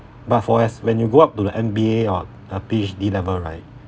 but for as when you go up to the M_B_A or uh P_H_D level right